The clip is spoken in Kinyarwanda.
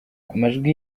amajwi